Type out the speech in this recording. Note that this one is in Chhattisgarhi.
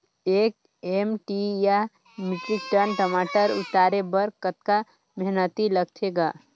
एक एम.टी या मीट्रिक टन टमाटर उतारे बर कतका मेहनती लगथे ग?